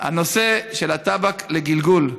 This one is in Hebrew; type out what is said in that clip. הנושא של הטבק לגלגול,